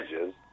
edges